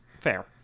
Fair